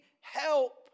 help